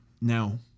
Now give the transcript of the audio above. Now